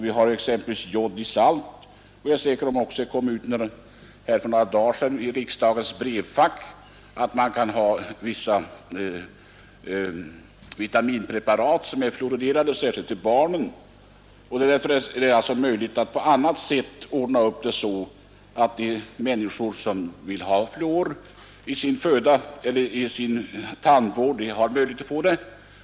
Vi har exempelvis jod i salt, och jag vill erinra om att vi för några dagar sedan i riksdagens brevfack fann ett meddelande att det finns vitaminpreparat som är fluoriderade och särskilt lämpliga för barn. Det är alltså möjligt att på andra sätt ordna detta, så att de människor som vill ha fluor i sin föda eller tandvård har möjlighet att få det.